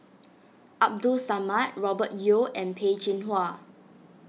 Abdul Samad Robert Yeo and Peh Chin Hua